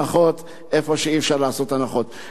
בשורה התחתונה אני יכול להגיד לך שאתה גם,